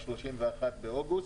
ב-31 באוגוסט.